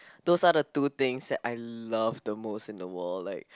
those are the two things that I love the most in the world like